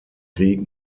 krieg